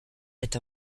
est